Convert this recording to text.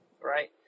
right